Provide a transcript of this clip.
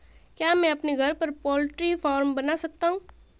क्या मैं अपने घर पर पोल्ट्री फार्म बना सकता हूँ?